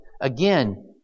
again